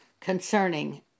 concerning